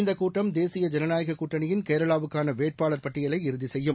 இந்தகூட்டம் தேசிய தஜனநாயகக் கூட்டனியின் கேரளாவுக்காளவேட்பாளர் பட்டியலை இறுதிசெய்யும்